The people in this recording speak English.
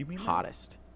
hottest